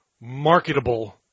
marketable